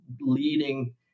leading